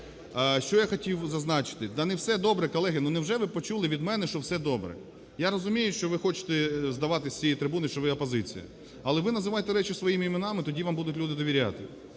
Що я хотів би зазначити. Да, не все добре, колеги, невже ви почули від мене, що все добре? Я розумію, що ви хочете здаватись з цієї трибуни, що ви опозиція. Але ви називайте речі своїми іменами, тоді вам люди будуть довіряти.